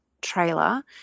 trailer